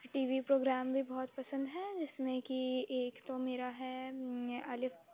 T V programme بھی بہت پسند ہیں جس میں کہ ایک تو میرا ہے الف